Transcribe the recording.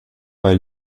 bei